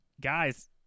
Guys